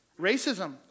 Racism